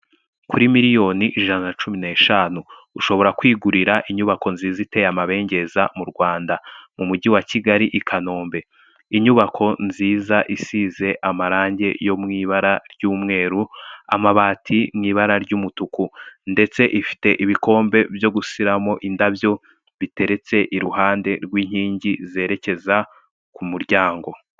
Kuri miliyoni ijana na cumi n'eshanu, ushobora kwigurira inyubako nziza iteye amabengeza mu Rwanda, mu Mujyi wa Kigali, i Kanombe, inyubako nziza isize amarangi yo mu ibara ry'umweru, amabati mu ibara ry'umutuku ndetse ifite ibikombe byo gushyiramo indabyo biteretse iruhande rw'inkingi zerekeza ku muryango.